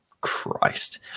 Christ